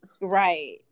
right